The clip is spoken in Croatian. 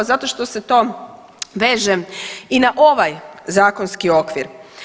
Zato što se to veže i na ovaj zakonski okvir.